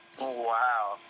Wow